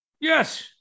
Yes